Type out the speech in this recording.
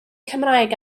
cymraeg